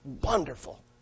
wonderful